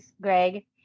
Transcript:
Greg